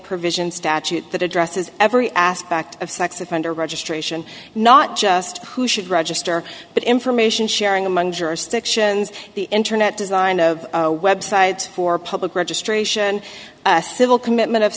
provision statute that addresses every aspect of sex offender registration not just who should register but information sharing among jurisdictions the internet design of a website for public registration civil commitment of